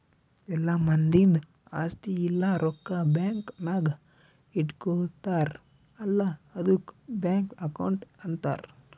ಎಲ್ಲಾ ಮಂದಿದ್ ಆಸ್ತಿ ಇಲ್ಲ ರೊಕ್ಕಾ ಬ್ಯಾಂಕ್ ನಾಗ್ ಇಟ್ಗೋತಾರ್ ಅಲ್ಲಾ ಆದುಕ್ ಬ್ಯಾಂಕ್ ಅಕೌಂಟ್ ಅಂತಾರ್